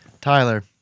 Tyler